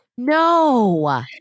No